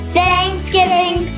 Thanksgiving